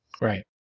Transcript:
Right